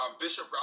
Bishop